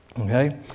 Okay